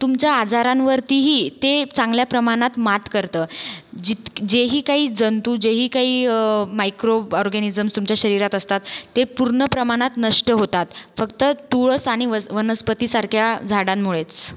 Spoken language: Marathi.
तुमच्या आजारांवरती ही ते चांगल्या प्रमाणात मात करतं जित् जे ही काही जंतू जे ही काही मायक्रोब ऑरगॅनिझम्स तुमच्या शरीरात असतात ते पूर्ण प्रमाणात नष्ट होतात फक्त तुळस आनि वज् वनस्पतीसारख्या झाडांमुळेच